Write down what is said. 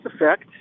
effect